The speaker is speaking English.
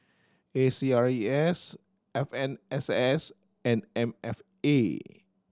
A C R E S F M S S and M F A